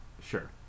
Sure